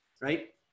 right